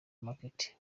market